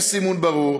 אין סימון ברור,